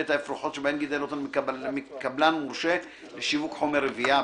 את האפרוחות שבהן גידל אותן מקבלן מורשה לשיווק חומר רבייה.